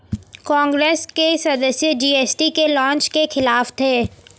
कांग्रेस के सदस्य जी.एस.टी के लॉन्च के खिलाफ थे